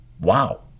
Wow